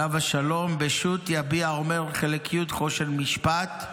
עליו השלום, בשו"ת יביע אומר, חלק י', חושן משפט,